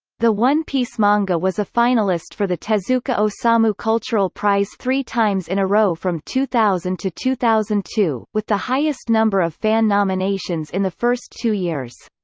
the one piece manga was a finalist for the tezuka osamu cultural prize three times in a row from two thousand to two thousand and two, with the highest number of fan nominations in the first two years.